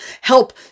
help